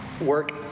work